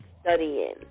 Studying